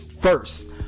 first